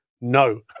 no